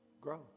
Grow